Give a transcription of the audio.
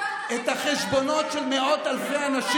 לתבוע ולהשתיק ולדרוס כל מי שלא נכנע להם,